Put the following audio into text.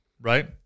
Right